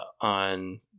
on